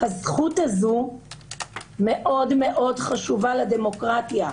הזכות הזאת מאוד מאוד חשובה לדמוקרטיה,